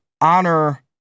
honor